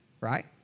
right